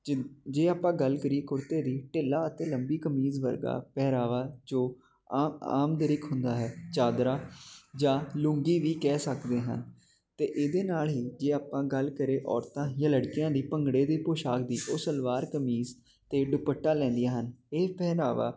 ਜਿ ਜੇ ਆਪਾਂ ਗੱਲ ਕਰੀਏ ਕੁੜਤੇ ਦੀ ਢਿੱਲਾ ਅਤੇ ਲੰਬੀ ਕਮੀਜ਼ ਵਰਗਾ ਪਹਿਰਾਵਾ ਜੋ ਆ ਆਮਦ੍ਰਿਕ ਹੁੰਦਾ ਹੈ ਚਾਦਰਾ ਜਾਂ ਲੂੰਗੀ ਵੀ ਕਹਿ ਸਕਦੇ ਹਨ ਅਤੇ ਇਹਦੇ ਨਾਲ ਹੀ ਜੇ ਆਪਾਂ ਗੱਲ ਕਰੇ ਔਰਤਾਂ ਜਾਂ ਲੜਕੀਆਂ ਦੀ ਭੰਗੜੇ ਦੀ ਪੋਸ਼ਾਕ ਦੀ ਉਹ ਸਲਵਾਰ ਕਮੀਜ਼ ਅਤੇ ਦੁਪੱਟਾ ਲੈਂਦੀਆਂ ਹਨ ਇਹ ਪਹਿਰਾਵਾ